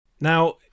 now